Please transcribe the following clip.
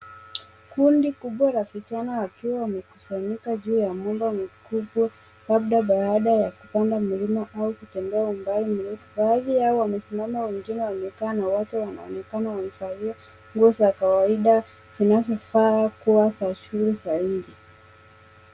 Kundi kubwa la vijana wakiwa wamekusanyika juu ya mlima mkubwa, labda baada ya kupanda mlima au kutembea umbali mrefu. Baadhi yao wamesimama wengine wamekaa na wote wanaonekana wamevalia nguo za kawaida zinazofaa kuwa za shughuli sahihi.